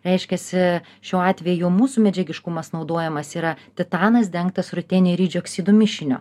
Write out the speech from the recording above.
reiškiasi šiuo atveju mūsų medžiagiškumas naudojamas yra titanas dengtas ruteniridžio oksidų mišiniu